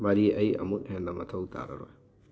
ꯃꯔꯤ ꯑꯩ ꯑꯃꯨꯛ ꯍꯦꯟꯅ ꯃꯊꯧ ꯇꯥꯔꯔꯣꯏ